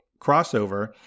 crossover